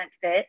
fit